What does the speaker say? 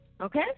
Okay